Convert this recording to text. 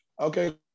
Okay